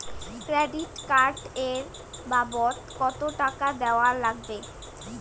Credit card এর বাবদ কতো টাকা দেওয়া লাগবে?